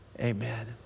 Amen